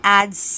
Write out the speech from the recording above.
adds